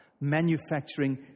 Manufacturing